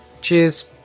Cheers